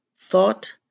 thought